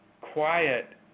quiet